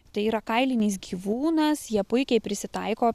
tai yra kailinis gyvūnas jie puikiai prisitaiko